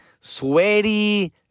sweaty